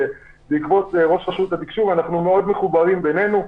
בעקבות ראש רשות התקשוב אנחנו מאוד מחוברים בינינו.